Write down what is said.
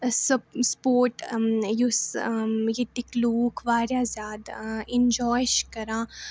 سُہ سپورٹ یُس ییٚتِکۍ لوٗکھ واریاہ زیادٕ اِنٛجاے چھِ کَران